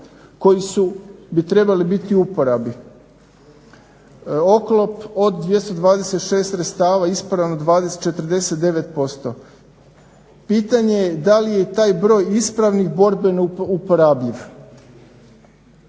koji bi trebali biti u uporabi. Oklop - od 226 sredstava ispravno 49%. Pitanje je da li je taj broj ispravnih borbeno uporabljiv?